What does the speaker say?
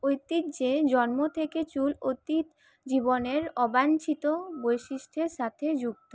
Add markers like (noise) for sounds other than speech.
ঐতিহ্যে জন্ম থেকে চুল অতীত জীবনের অবাঞ্ছিত বৈশিষ্ট্যের সাথে (unintelligible)